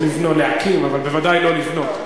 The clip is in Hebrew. "להקים", אבל בוודאי לא "לבנות".